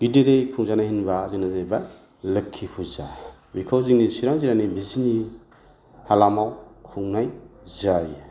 गिदिरै खुंजानाय होनबा जोंना जाहैबाय लोखि फुजा बिखौ जोंनि चिरां जिल्लानि बिजिनि हालामाव खुंनाय जायो